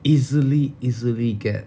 easily easily get